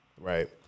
Right